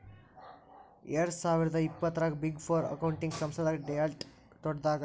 ಎರ್ಡ್ಸಾವಿರ್ದಾ ಇಪ್ಪತ್ತರಾಗ big four accounting ಸಂಸ್ಥಾದಾಗ ಡೆಲಾಯ್ಟ್ ದೊಡ್ಡದಾಗದ